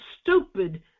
stupid